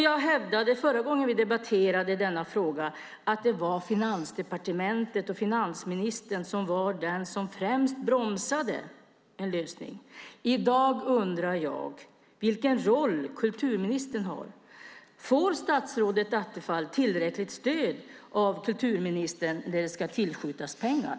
Jag hävdade förra gången vi debatterade denna fråga att det var Finansdepartementet och finansministern som främst bromsade en lösning. I dag undrar jag vilken roll kulturministern har. Får statsrådet Attefall tillräckligt stöd av kulturministern när det ska tillskjutas pengar?